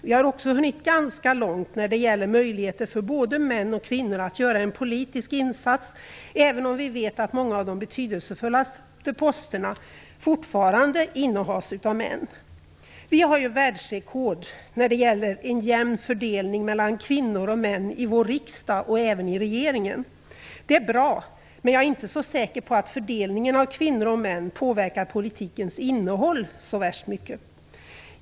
Vi har också hunnit ganska långt när det gäller möjligheter för både män och kvinnor att göra en politisk insats, även om vi vet att många av de betydelsefullaste posterna fortfarande innehas av män. Vi har ju världsrekord när det gäller en jämn fördelning mellan kvinnor och män i vår riksdag, och även i regeringen. Det är bra. Men jag är inte så säker på att fördelningen av kvinnor och män påverkar politikens innehåll så värst mycket.